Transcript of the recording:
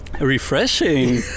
refreshing